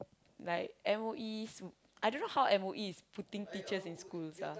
like M_O_E sem~ I don't know how M_O_E is putting teachers in schools ah